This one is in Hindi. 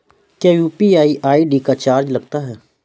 क्या यू.पी.आई आई.डी का चार्ज लगता है?